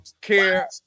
care